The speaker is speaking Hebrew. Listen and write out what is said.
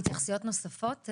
התייחסויות נוספות?